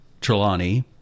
Trelawney